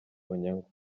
onyango